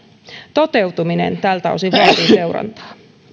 toteutuminen tältä osin vaatii seurantaa